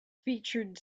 featured